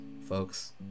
Folks